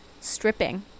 stripping